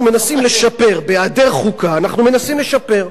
אנחנו מנסים לשפר, בהיעדר חוקה אנחנו מנסים לשפר.